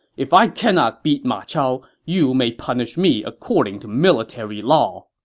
if i cannot beat ma chao, you may punish me according to military law!